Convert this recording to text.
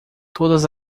todas